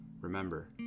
Remember